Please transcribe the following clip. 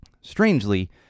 Strangely